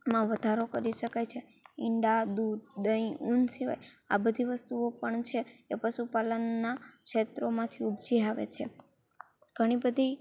માં વધારો કરી શકાય છે ઈંડા દૂધ દહીં ઉન સિવાય આ બધી વસ્તુઓ પણ છે એ પશુપાલનના ક્ષેત્રોમાંથી ઉપજી આવે છે ઘણી બધી